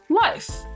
life